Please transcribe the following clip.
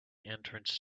entrance